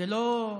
זה לא,